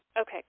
Okay